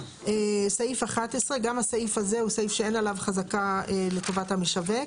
סעיף 11. גם הסעיף הזה הוא סעיף שאין עליו חזקה לטובת המשווק.